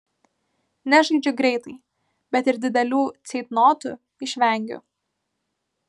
nežaidžiu greitai bet ir didelių ceitnotų išvengiu